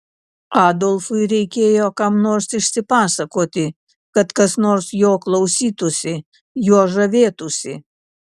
adolfui reikėjo kam nors išsipasakoti kad kas nors jo klausytųsi juo žavėtųsi